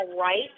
right